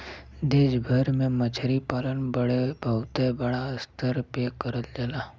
देश भर में मछरी पालन बहुते बड़ा स्तर पे करल जाला